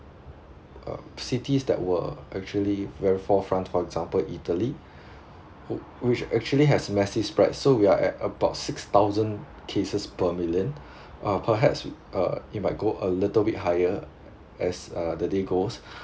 uh cities that were actually very forefront for example italy who which actually has massive spread so we are at about six thousand cases per million uh perhaps uh it might go a little bit higher as uh the day goes